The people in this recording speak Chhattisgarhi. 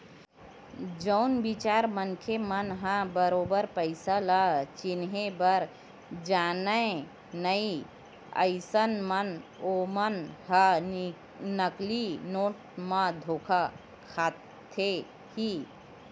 जउन बिचारा मनखे मन ह बरोबर पइसा ल चिनहे बर जानय नइ अइसन म ओमन ह नकली नोट म धोखा खाथे ही